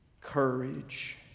courage